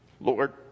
lord